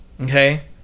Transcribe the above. Okay